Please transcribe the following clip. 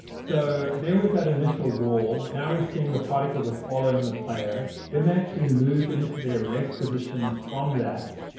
so there was that initial wall. now we're seeing the particles are following the player. then they actually move into their rest positions from that.